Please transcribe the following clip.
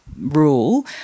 rule